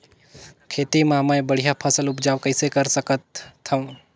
खेती म मै बढ़िया फसल उपजाऊ कइसे कर सकत थव?